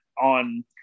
on